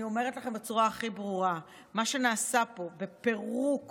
אני אומרת לכם בצורה הכי ברורה: מה שנעשה פה בפירוק